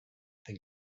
thing